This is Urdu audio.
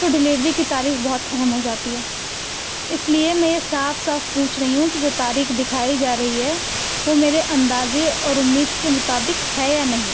تو ڈلیوری کی تاریخ بہت اہم ہو جاتی ہے اس لیے میں یہ صاف صاف پوچھ رہی ہوں کہ جو تاریخ دکھائی جا رہی ہے وہ میرے اندازے اور امید کے مطابق ہے یا نہیں